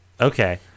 Okay